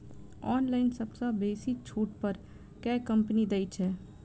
Online सबसँ बेसी छुट पर केँ कंपनी दइ छै?